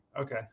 okay